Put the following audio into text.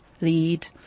lead